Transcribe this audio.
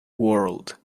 world